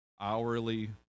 hourly